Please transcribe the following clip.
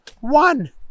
one